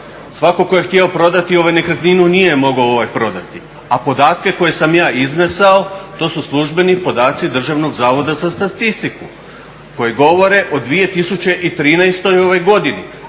Svatko tko je htio prodati nekretninu nije mogao prodati. A podatke koje sam ja iznesao to su službeni podaci Državnog zavoda za statistiku koje govore o 2013. u ovoj godini.